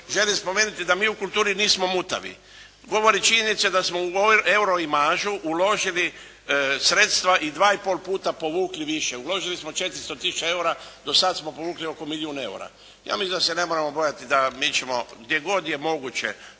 želim spomenuti da mi u kulturi nismo mutavi. Govori činjenica da smo u euro imagegu uložili sredstva i dva i pol puta povukli više. Uložili smo 400 tisuća eura, do sad smo povukli oko milijun eura. Ja mislim da se ne moramo bojati da mi ćemo gdje god je moguće